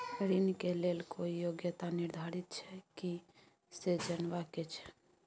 ऋण के लेल कोई योग्यता निर्धारित छै की से जनबा के छै?